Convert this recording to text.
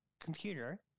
computer